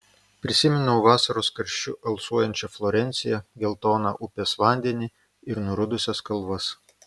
prisiminiau vasaros karščiu alsuojančią florenciją geltoną upės vandenį ir nurudusias kalvas